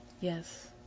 yes